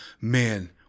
man